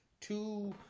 two